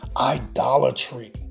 idolatry